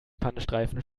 pannenstreifen